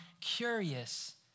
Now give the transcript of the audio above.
curious